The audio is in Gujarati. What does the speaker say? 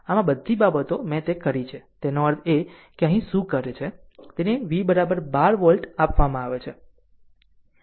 આમ આ બધી બાબતો અમે તે કરી છે તેનો અર્થ એ કે અહીં શું કરે છે તેને v 12 વોલ્ટ આપવામાં આવે છે